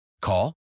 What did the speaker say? Call